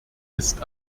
ist